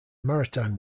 maritime